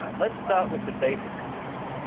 let's start with the basic settings.